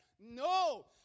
No